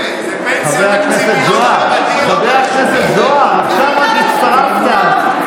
חבר הכנסת זוהר, חבר הכנסת זוהר, עכשיו רק הצטרפת.